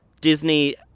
Disney